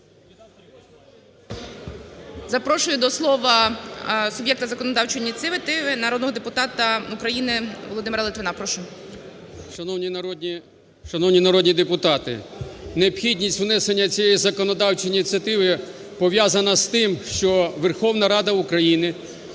Запрошую до слова суб'єкта законодавчої ініціативи народного депутата України Володимира Литвина, прошу. 16:15:49 ЛИТВИН В.М. Шановні народні депутати, необхідність внесення цієї законодавчої ініціативи пов'язана з тим, що Верховна Рада України